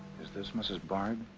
is this mrs. bard?